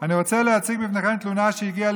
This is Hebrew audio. אני רוצה להציג בפניכם תלונה שהגיעה